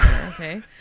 Okay